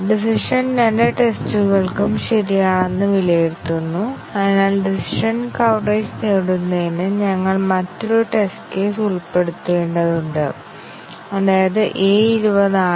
ഒരു തന്ത്രം ഉൾക്കൊള്ളുന്ന എല്ലാ പ്രോഗ്രാം ഘടകങ്ങളും മറ്റൊരു തന്ത്രം ഉൾക്കൊള്ളുന്ന പ്രോഗ്രാം ഘടകങ്ങളെ കവർ ചെയ്യുമെന്ന് ഉറപ്പുനൽകുന്നുവെങ്കിൽ ഞങ്ങൾക്ക് ഈ ശക്തമായ കവറേജ് ഉണ്ട് കൂടാതെ അവയുടെ ശക്തമായ പ്രോഗ്രാം ഘടകങ്ങളുടെ ഉപവിഭാഗം മാത്രം ഉൾക്കൊള്ളുന്ന ഒന്ന് ഞങ്ങൾ അതിനെ വിളിക്കുന്നു ഒരു ദുർബലമായ പരിശോധന